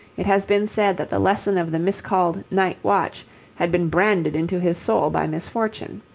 it has been said that the lesson of the miscalled night watch had been branded into his soul by misfortune.